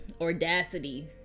audacity